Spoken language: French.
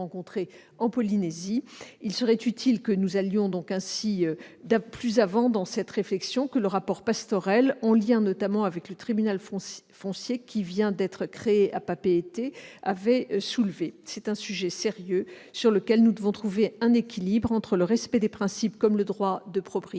d'un sujet sérieux, sur lequel nous devons trouver un équilibre entre le respect des principes, comme le droit de propriété